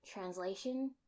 Translation